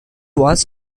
was